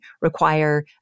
require